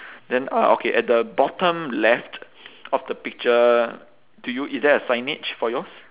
then uh okay at the bottom left of the picture do you is there a signage for yours